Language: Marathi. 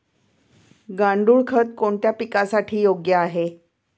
गांडूळ खत कोणत्या पिकासाठी योग्य आहे?